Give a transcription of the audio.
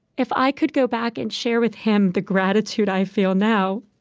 if i could go back and share with him the gratitude i feel now,